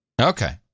Okay